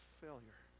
failure